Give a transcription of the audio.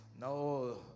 no